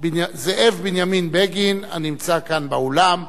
זאב בנימין בגין הנמצא כאן באולם.